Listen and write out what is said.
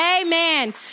Amen